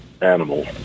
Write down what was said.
animal